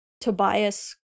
Tobias